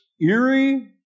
eerie